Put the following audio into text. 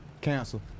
Cancel